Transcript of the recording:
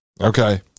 okay